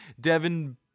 Devin